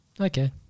Okay